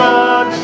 God